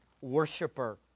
worshiper